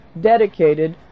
dedicated